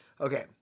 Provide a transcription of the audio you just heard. Okay